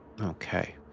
Okay